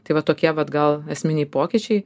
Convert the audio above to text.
tai vat tokie vat gal esminiai pokyčiai